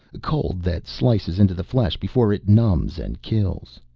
cold that slices into the flesh before it numbs and kills.